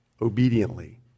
obediently